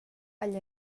agl